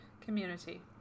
community